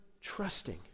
trusting